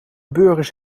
burgers